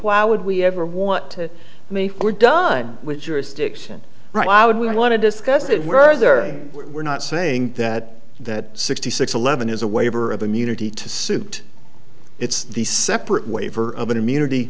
why would we ever want to make we're done with jurisdiction right why would we want to discuss it were there and we're not saying that that sixty six eleven is a waiver of immunity to suit it's the separate waiver of an immunity